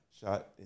shot